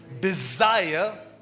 desire